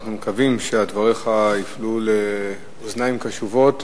אנחנו מקווים שדבריך ייפלו על אוזניים קשובות,